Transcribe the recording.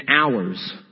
hours